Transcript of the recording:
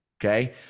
Okay